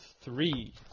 three